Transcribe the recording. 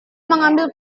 mengambil